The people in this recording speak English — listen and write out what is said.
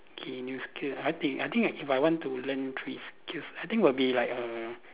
okay new skills I think I think if I want to learn three skills I think will be like err